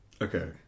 Okay